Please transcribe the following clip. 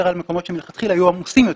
על מקומות שמלכתחילה היו עמוסים יותר,